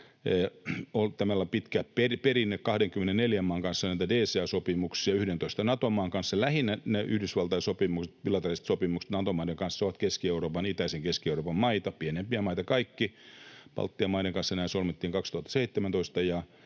todella pitkä perinne 24 maan kanssa näitten DCA-sopimuksien suhteen, 11 Nato-maan kanssa. Lähinnä nämä Yhdysvaltain sopimukset, bilateraaliset sopimukset Nato-maiden kanssa, ovat Keski-Euroopan, itäisen Keski-Euroopan maita, pienempiä maita kaikki. Baltian maiden kanssa nämä solmittiin 2017,